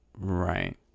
Right